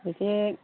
बिदि